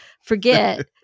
forget